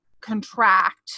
contract